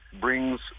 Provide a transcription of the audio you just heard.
brings